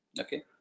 okay